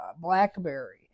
Blackberry